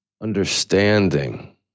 understanding